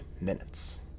minutes